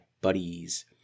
buddies